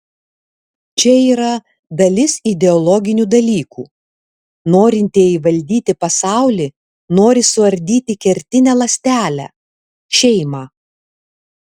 čia yra dalis ideologinių dalykų norintieji valdyti pasaulį nori suardyti kertinę ląstelę šeimą